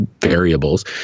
variables